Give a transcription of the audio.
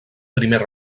primer